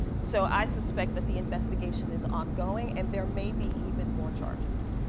so i suspect that the investigation is ongoing and there may be even more charges.